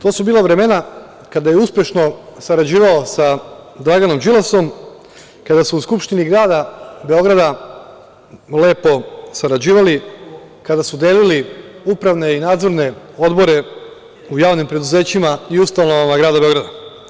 To su bila vremena kada je uspešno sarađivao sa Draganom Đilasom, kada su u Skupštini grada Beograda lepo sarađivali, kada su delili upravne i nadzorne odbore u javnim preduzećima i ustanovama grada Beograda.